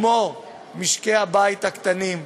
כמו משקי הבית הקטנים,